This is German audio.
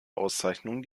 auszeichnung